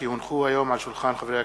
כי הונחו היום על שולחן הכנסת,